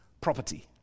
Property